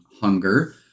Hunger